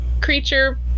creature